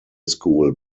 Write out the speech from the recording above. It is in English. school